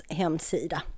hemsida